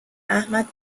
احمد